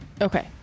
Okay